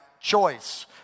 choice